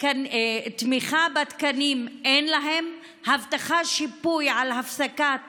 תמיכה בתקנים, אין להם הבטחה, שיפוי על הפסקת